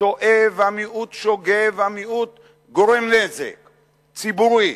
טועה והמיעוט שוגה והמיעוט גורם נזק ציבורי.